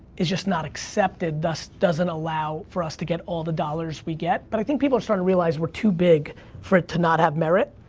is just not accepted, thus, doesn't allow for us to get all the dollars we get, but i think people are starting to realize we're too big for it to not have merit,